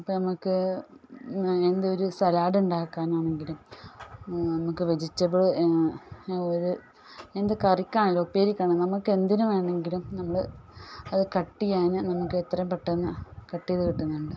ഇപ്പം നമ്മൾക്ക് ഒരു സലാഡ് ഉണ്ടാക്കാൻ ആണെങ്കിലും നമുക്ക് വെജിറ്റബിൾ ഒരു എന്ത് കറിക്കാണ് ഉപ്പേരിക്കാണ് നമുക്ക് എന്തിന് വേണമെങ്കിലും നമ്മൾ അത് കട്ട് ചെയ്യാൻ നമുക്ക് എത്രയും പെട്ടെന്ന് കട്ട് ചെയ്ത് കിട്ടുന്നുണ്ട്